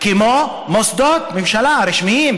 כמו מוסדות ממשלה רשמיים,